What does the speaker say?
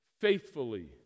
faithfully